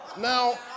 now